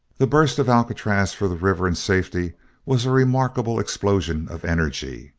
the burst of alcatraz for the river and safety was a remarkable explosion of energy.